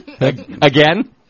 Again